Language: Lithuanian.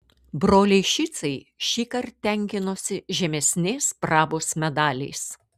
broliai šicai šįkart tenkinosi žemesnės prabos medaliais